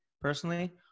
personally